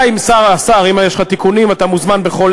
השר, אם יש לך תיקונים אתה מוזמן בכל